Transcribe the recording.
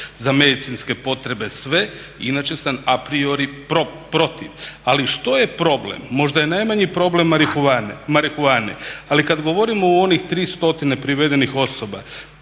Za medicinske potrebe sve inače sam apriori protiv. Ali što je problem? Možda je najmanji problema marihuane. Ali kad govorimo o onih 3 stotine privedenih osoba